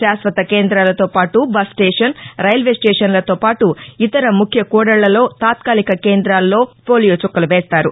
శాశ్వత కేందాలతో పాటు బస్ స్టేషన్ రైల్వే స్టేషన్లతో పాటు ఇతర ముఖ్య కూడళ్లలో తాత్మాలిక కేందాల్లో పోలియో చుక్కలు వేస్తారు